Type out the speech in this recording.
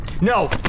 No